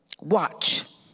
Watch